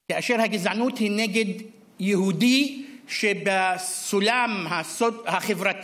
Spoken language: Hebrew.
הגזענות היא נגד יהודי שבסולם החברתי